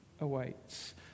awaits